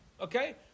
okay